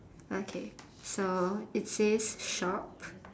okay so it says shop